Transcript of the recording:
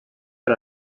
per